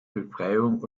befreiung